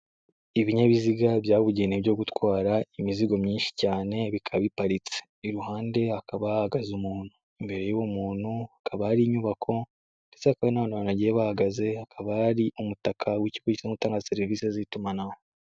Ibinyabiziga byabugenewe byo gutwara imizigo myinshi cyane, bikaba biparitse, iruhande hakaba hahagaze umuntu, imbere y'uwo muntu hakaba hari inyubako, ndetse nanone bagiye bahagaze, hakaba hari umutaka w'ikigo cyo gutanga serivisi z'itumanaho.